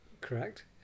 Correct